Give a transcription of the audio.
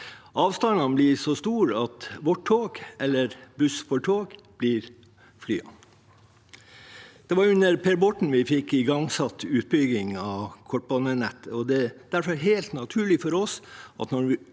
Avstandene blir så store at flyene blir våre tog – eller buss for tog. Det var under Per Borten vi fikk igangsatt utbygging av kortbanenettet, og det er derfor helt naturlig for oss at når